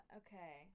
okay